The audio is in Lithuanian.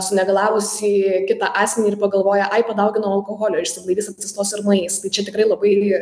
sunegalavusįjį kitą asmenį ir pagalvoja ai padaugino alkoholio išsiblaivys atsistos ir nueis tai čia tikrai labai